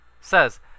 Says